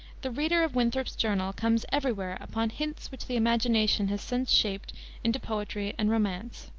the reader of winthrop's journal comes every-where upon hints which the imagination has since shaped into poetry and romance.